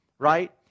right